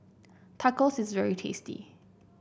tacos is very tasty